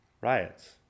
riots